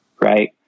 Right